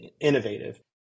innovative